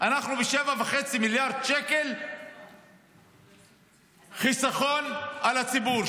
אנחנו ב-7.5 מיליארד שקל חיסכון לציבור,